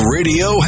Radio